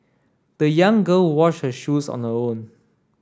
the young girl washed her shoes on the own